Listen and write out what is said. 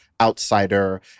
Outsider